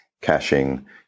caching